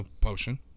Potion